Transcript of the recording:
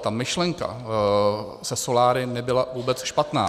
Ta myšlenka se soláry nebyla vůbec špatná.